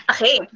Okay